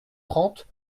trente